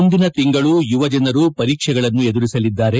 ಮುಂದಿನ ತಿಂಗಳು ಯುವಜನರು ಪರೀಕ್ಷೆ ಎದುರಿಸಲಿದ್ದಾರೆ